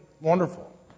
wonderful